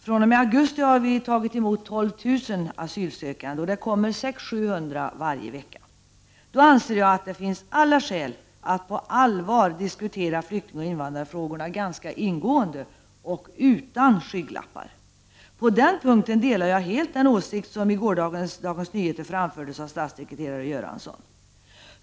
fr.o.m. augusti har vi tagit emot 12000 asylsökande, och det kommer 600-700 varje vecka. Det finns därför alla skäl att på allvar diskutera flyktingoch invandrarfrågorna ganska ingående och utan skygglappar. På den punkten delar jag helt den åsikt som i gårdagens Dagens Nyheter framfördes av statssekreterare Göransson.